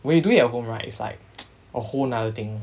when you do it at home right it's like a whole another thing